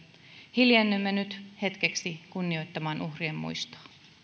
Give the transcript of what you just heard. hiljennymme nyt hetkeksi kunnioittamaan uhrien muistoa